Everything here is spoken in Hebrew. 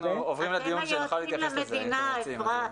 --- אתם היועצים למדינה, אפרת.